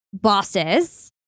bosses